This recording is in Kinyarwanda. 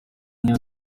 niyo